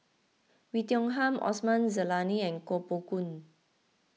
Oei Tiong Ham Osman Zailani and Koh Poh Koon